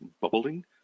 bubbling